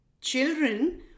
Children